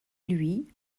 lui